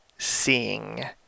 Seeing